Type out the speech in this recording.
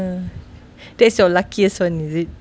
uh that's your luckiest [one] is it